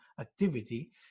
activity